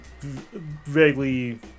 vaguely